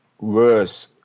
worse